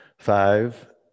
Five